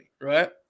right